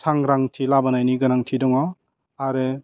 साग्रांथि लाबोनायनि गोनांथि दङ आरो